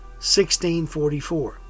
1644